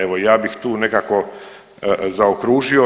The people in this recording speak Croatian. Evo ja bih tu nekako zaokružio.